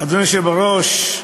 אדוני היושב-ראש,